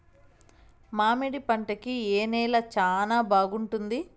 మామిడి పంట కి ఏ నేల చానా బాగుంటుంది